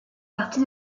partie